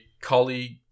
colleague